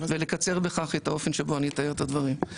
ולקצר בכך את האופן שבו אני אתאר את הדברים.